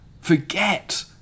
forget